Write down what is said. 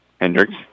Hendricks